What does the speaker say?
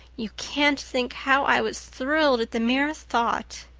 you can't think how i was thrilled at the mere thought.